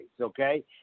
okay